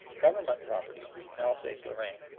government property in alsace-lorraine,